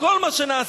עם כל מה שנעשה,